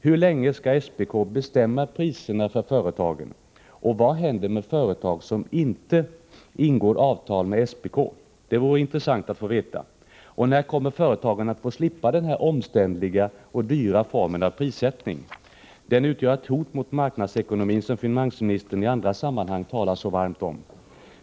Hur länge skall SPK bestämma priserna för företagen, och vad händer med företag som inte ingår avtal med SPK? Det vore intressant att få veta. När kommer företagarna att slippa den för företagen omständliga och dyra formen av prissättning? Den utgör ett hot mot marknadsekonomin, den ekonomi som finansministern i andra sammanhang talar så varmt om.